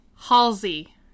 Halsey